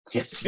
Yes